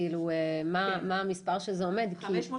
כאילו מה המספר שעומד -- כן,